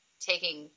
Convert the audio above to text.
Taking